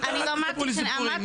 אל תספרו לי סיפורים,